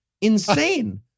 insane